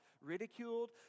ridiculed